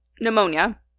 pneumonia